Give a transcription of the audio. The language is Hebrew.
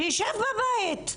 שישב בבית.